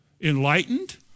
Enlightened